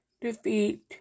defeat